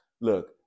look